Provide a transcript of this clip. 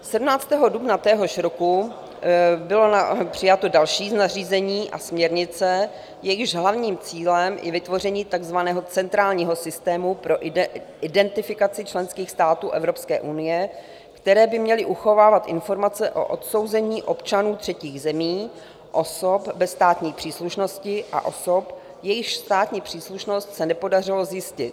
17. dubna téhož roku bylo přijato další nařízení a směrnice, jejichž hlavním cílem je vytvoření takzvaného centrálního systému pro identifikaci členských států Evropské unie, které by měly uchovávat informace o odsouzení občanů třetích zemí, osob bez státní příslušnosti a osob, jejichž státní příslušnost se nepodařilo zjistit.